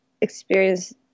experience